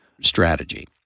strategy